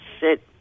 sit